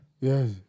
Yes